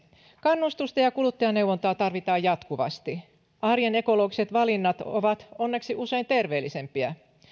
kannustusta ja kuluttajaneuvontaa tarvitaan jatkuvasti arjen ekologiset valinnat ovat onneksi usein terveellisempiä